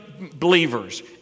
believers